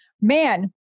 Man